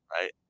Right